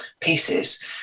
pieces